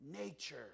nature